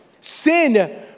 Sin